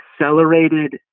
accelerated